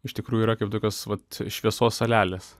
iš tikrųjų yra kaip tokios pat šviesos salelės